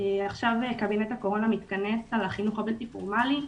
עכשיו קבינט הקורונה מתכנס על החינוך הבלתי פורמלי,